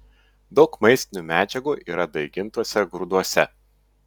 daug maistinių medžiagų yra daigintuose grūduose